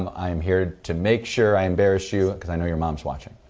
um i'm here to make sure i embarrass you because i know your mom is watching.